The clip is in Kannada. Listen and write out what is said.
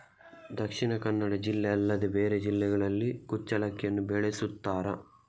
ದಕ್ಷಿಣ ಕನ್ನಡ ಜಿಲ್ಲೆ ಅಲ್ಲದೆ ಬೇರೆ ಜಿಲ್ಲೆಗಳಲ್ಲಿ ಕುಚ್ಚಲಕ್ಕಿಯನ್ನು ಬೆಳೆಸುತ್ತಾರಾ?